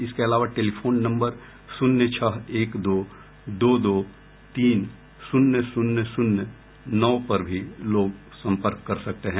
इसके अलावा telephone number शून्य छह एक दो दो दो तीन शुन्य शुन्य शुन्य नौ पर भी लोग संपर्क कर सकते हैं